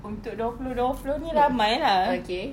untuk dua puluh dua puluh ini ramai lah